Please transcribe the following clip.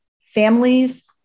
families